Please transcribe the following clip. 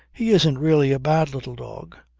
he isn't really a bad little dog.